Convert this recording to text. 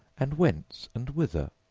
and whence? and whither